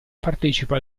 partecipa